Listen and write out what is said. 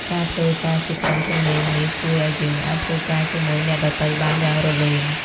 ការធ្វើការជាក្រុមជំនាញនេះជួយឲ្យយើងអាចធ្វើការជាមួយអ្នកដទៃបានយ៉ាងរលូន។